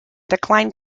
declined